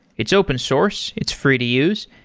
it's open source. it's free to use,